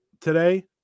today